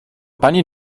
pani